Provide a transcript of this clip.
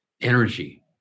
energy